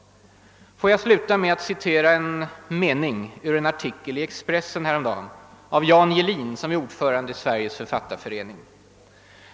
Får jag sluta med att citera ett par meningar ur en artikel i Expressen härom dagen av Jan Gehlin, som är ordförande i Sveriges författareförening.